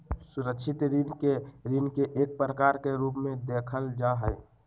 सुरक्षित ऋण के ऋण के एक प्रकार के रूप में देखल जा हई